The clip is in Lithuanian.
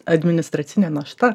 administracinė našta